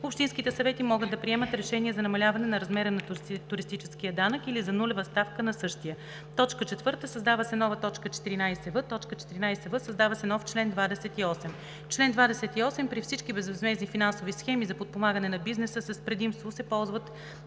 общинските съвети могат да приемат решения за намаляване на размера на туристическия данък или за нулева ставка на същия.“ 4. Създава се нова т. 14в: „14в. Създава се нов чл. 28: Чл. 28. При всички безвъзмездни финансови схеми за подпомагане на бизнеса с предимство се ползват